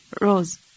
rose